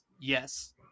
yes